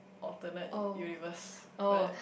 alternate universe but